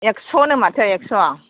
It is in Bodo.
एकस'नो माथो एकस'